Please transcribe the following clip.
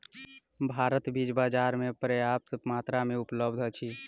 भारतक बीज बाजार में पर्याप्त मात्रा में उपलब्ध अछि